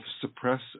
suppress